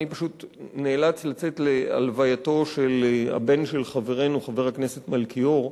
אני פשוט נאלץ לצאת להלווייתו של הבן של חברנו חבר הכנסת מלכיאור,